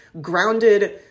grounded